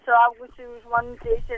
suaugusiųjų žmonių teisė